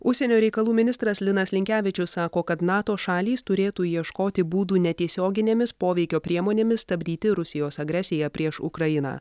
užsienio reikalų ministras linas linkevičius sako kad nato šalys turėtų ieškoti būdų netiesioginėmis poveikio priemonėmis stabdyti rusijos agresiją prieš ukrainą